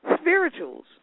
spirituals